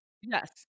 yes